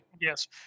yes